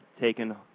taken